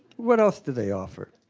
what else do they offer?